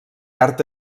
art